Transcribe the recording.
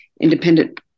independent